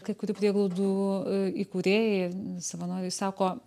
kai kurių prieglaudų įkūrėjai savanoriai sako